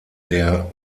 der